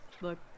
look